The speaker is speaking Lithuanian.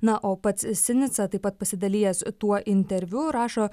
na o pats sinica taip pat pasidalijęs tuo interviu rašo